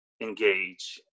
engage